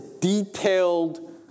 detailed